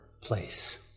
place